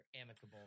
amicable